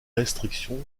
restrictions